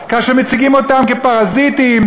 כאשר מציגים אותם כפרזיטים,